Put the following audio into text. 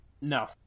No